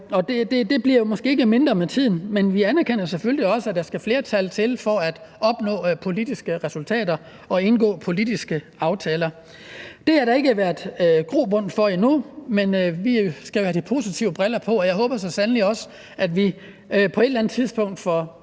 det bliver måske ikke mindre med tiden, men vi anerkender selvfølgelig også, at der skal flertal til for at opnå politiske resultater og indgå politiske aftaler. Det har der ikke været grobund for endnu, men vi skal jo have de positive briller på, og jeg håber så sandelig også, at vi på et eller andet tidspunkt får